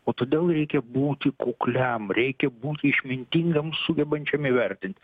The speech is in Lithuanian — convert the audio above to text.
o todėl reikia būti kukliam reikia būti išmintingam sugebančiam įvertint